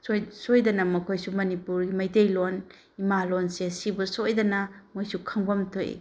ꯁꯣꯏꯗꯅ ꯃꯈꯣꯏꯁꯨ ꯃꯅꯤꯄꯨꯔꯤ ꯃꯩꯇꯩꯂꯣꯟ ꯏꯃꯥ ꯂꯣꯟꯁꯦ ꯁꯤꯕꯨ ꯁꯣꯏꯗꯅ ꯃꯣꯏꯁꯨ ꯈꯪꯐꯝ ꯊꯣꯛꯏ